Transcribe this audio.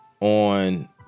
on